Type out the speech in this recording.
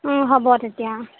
হ'ব তেতিয়া